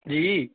جی